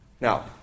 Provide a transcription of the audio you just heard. Now